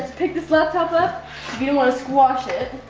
pick this laptop up if you don't wanna squash it.